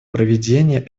проведения